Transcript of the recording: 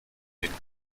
den